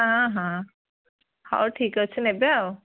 ହଁ ହଁ ହଉ ଠିକ୍ ଅଛି ନେବେ ଆଉ